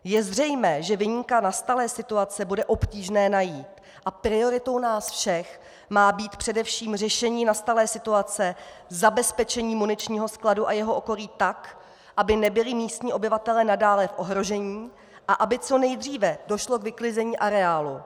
Je zřejmé, že viníka nastalé situace bude obtížné najít a prioritou nás všech má být především řešení nastalé situace k zabezpečení muničního skladu a jeho okolí tak, aby nebyli místní obyvatelé nadále v ohrožení a aby co nejdříve došlo k vyklizení areálu.